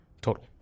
total